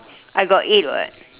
I got eight [what]